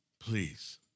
Please